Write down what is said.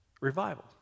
Revival